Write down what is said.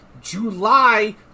july